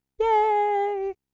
Yay